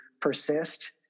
persist